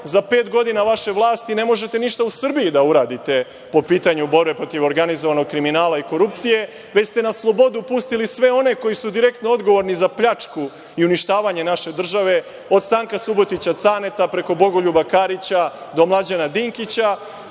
za pet godina vaše vlasti ne možete ništa u Srbiji da uradite po pitanju borbe protiv organizovanog kriminala i korupcije, već ste na slobodu pustili sve one koji su direktno odgovorni za pljačku i uništavanje naše države, od Stanka Subotića Caneta, preko Bogoljuba Karića, do Mlađana Dinkića.